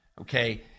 okay